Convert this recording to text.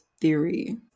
theory